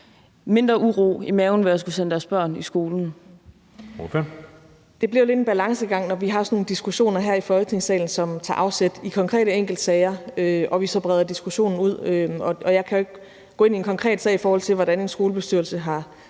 Søe): Ordføreren. Kl. 17:29 Astrid Krag (S): Det bliver lidt en balancegang, når vi har sådan nogle diskussioner her i Folketingssalen, som tager afsæt i konkrete enkeltsager, og vi så breder diskussionen ud. Jeg kan jo ikke gå ind i en konkret sag, i forhold til hvordan en skolebestyrelse har